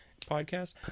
podcast